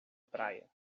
praia